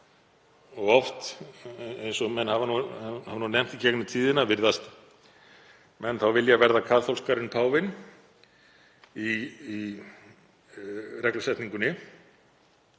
og oft, eins og menn hafa nefnt í gegnum tíðina, virðast menn þá vilja verða kaþólskari en páfinn í reglusetningunni.